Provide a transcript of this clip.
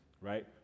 right